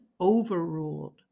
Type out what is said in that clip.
overruled